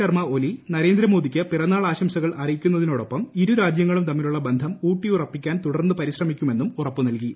ശർമ്മ ഒലി നരേന്ദ്രമോദിക്ക് പിറന്നാൾ ആശംസകൾ അറിയിക്കുന്നതിനോടൊപ്പം ഇരു രാജ്യങ്ങളും തമ്മിലുള്ള ബന്ധം ഉൌട്ടിയുറപ്പിക്കാൻ തുടർന്ന് പരിശ്രമിക്കുമെന്നു ഉറപ്പു നൽകി